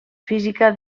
física